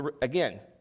Again